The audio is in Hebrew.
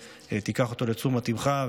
שתיקח את הנושא הזה לתשומת ליבך,